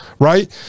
right